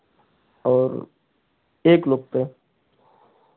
और एक लोग पे